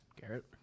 Garrett